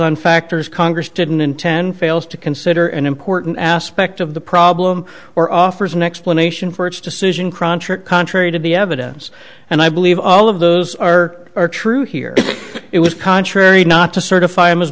on factors congress didn't intend fails to consider an important aspect of the problem or offers an explanation for its decision cruncher contrary to the evidence and i believe all of those are are true here it was contrary not to certify him as